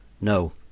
No